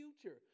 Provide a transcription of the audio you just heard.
future